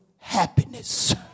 happiness